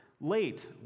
late